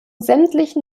sämtlichen